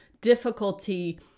difficulty